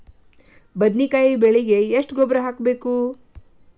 ಬದ್ನಿಕಾಯಿ ಬೆಳಿಗೆ ಎಷ್ಟ ಗೊಬ್ಬರ ಹಾಕ್ಬೇಕು?